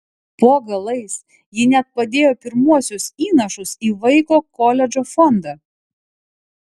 po galais ji net padėjo pirmuosius įnašus į vaiko koledžo fondą